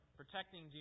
protecting